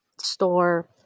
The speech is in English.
store